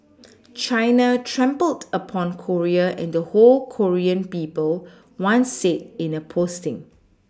China trampled upon Korea and the whole Korean people one said in a posting